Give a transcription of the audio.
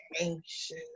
anxious